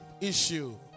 issue